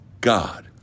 God